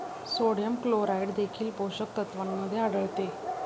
sodium chloride देखील पोषक तत्वांमध्ये आढळते